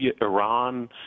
Iran